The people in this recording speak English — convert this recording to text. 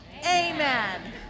amen